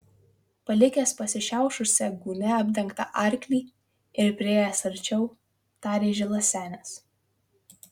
palikęs pasišiaušusią gūnią apdengtą arklį ir priėjęs arčiau tarė žilas senis